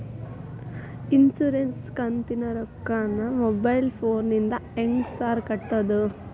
Insurance ಕಂತಿನ ರೊಕ್ಕನಾ mobile ಫೋನಿಂದ ಹೆಂಗ್ ಸಾರ್ ಕಟ್ಟದು?